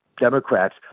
Democrats